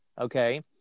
okay